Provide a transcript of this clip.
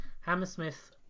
Hammersmith